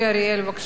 מוותר.